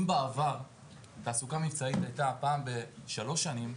אם בעבר תעסוקה מבצעית הייתה פעם בשלוש שנים,